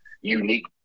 unique